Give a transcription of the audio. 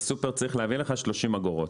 הסופר צריך להביא לך 30 אגורות.